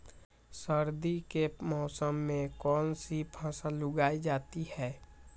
सर्दी के मौसम में कौन सी फसल उगाई जाती है?